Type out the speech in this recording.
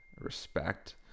respect